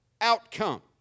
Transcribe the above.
outcome